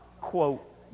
quote